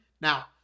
Now